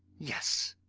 yes!